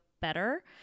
better